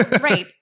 Right